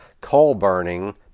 coal-burning